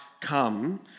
come